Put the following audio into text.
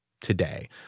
today